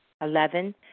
Eleven